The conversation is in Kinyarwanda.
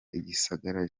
igisagara